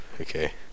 okay